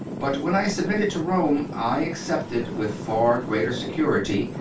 but when i submitted to rome, i accepted with far greater security,